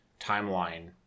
timeline